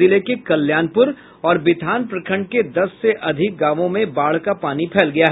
जिले के कल्याणपुर और बिथान प्रखंड के दस से अधिक गांवों में बाढ़ का पानी फैल गया है